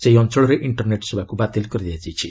ସେହି ଅଞ୍ଚଳରେ ଇଣ୍ଟର୍ନେଟ୍ ସେବାକୁ ବାତିଲ୍ କରିଦିଆଯାଇଛି